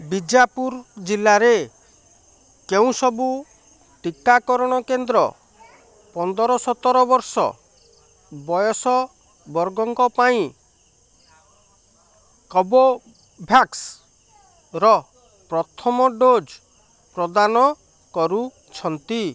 ବିଜାପୁର ଜିଲ୍ଲାରେ କେଉଁ ସବୁ ଟିକାକରଣ କେନ୍ଦ୍ର ପନ୍ଦର ସତର ବର୍ଷ ବୟସ ବର୍ଗଙ୍କ ପାଇଁ କୋଭୋଭ୍ୟାକ୍ସ ର ପ୍ରଥମ ଡୋଜ୍ ଦାନ କରୁଛନ୍ତି